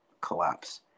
collapse